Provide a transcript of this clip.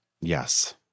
Yes